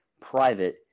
private